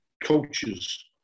coaches